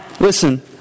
Listen